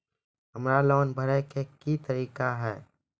हमरा लोन भरे के की तरीका है?